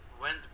went